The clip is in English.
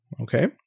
Okay